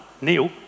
Neil